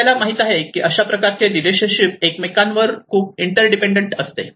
आपल्याला माहित आहे की अशा प्रकारचे रिलेशनशिप एकमेकांवर खूप इंटर डिपेंडंट असते